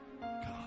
God